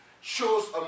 shows